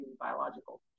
biological